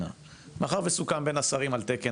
מאחר וסוכם בין השרים על תקן,